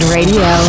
Radio